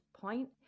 point